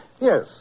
Yes